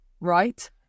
right